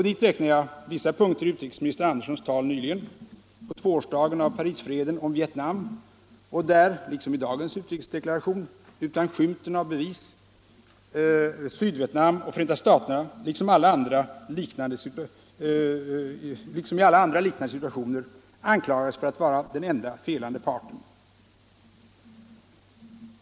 Dit räknar jag vissa punkter i utrikesminister Anderssons tal på tvåårsdagen av Parisavtalet om freden i Vietnam och där — liksom i dagens utrikesdeklaration — utan skymten av bevis Sydvietnam och Förenta staterna, liksom i alla andra liknande situationer, anklagades för att vara den enda felande parten.